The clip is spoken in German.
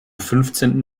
fünfzehnten